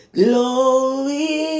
glory